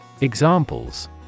Examples